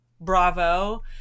bravo